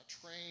train